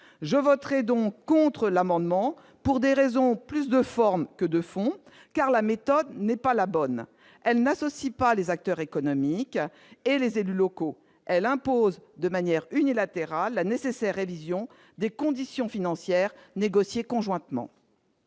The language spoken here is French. je voterai donc contre l'amendement pour des raisons plus de forme que de fond car la méthode n'est pas la bonne, elle n'associe pas les acteurs économiques et les élus locaux, elle impose de manière unilatérale la nécessaire révision des conditions financières négocié conjointement.